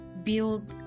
build